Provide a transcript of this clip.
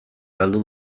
galdu